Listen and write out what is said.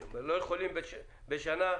אתם לא יכולים בשנה,